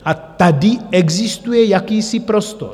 A tady existuje jakýsi prostor.